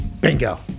Bingo